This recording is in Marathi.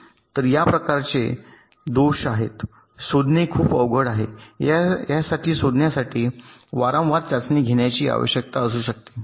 तर या प्रकारचे दोष आहेत शोधणे खूप अवघड आहे यासाठी शोधण्यासाठी वारंवार चाचणी घेण्याची आवश्यकता असू शकते